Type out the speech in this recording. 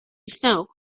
snow